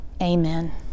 Amen